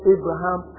Abraham